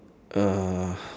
uh